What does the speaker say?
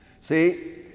See